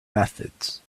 methods